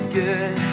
good